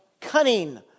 cunning